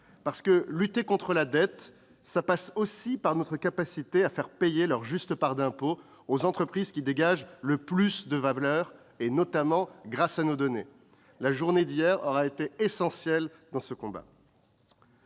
La lutte contre la dette tient aussi à notre capacité à faire payer leur juste part d'impôt aux entreprises qui dégagent le plus de valeur, notamment grâce à nos données. La journée d'hier aura été essentielle dans ce combat.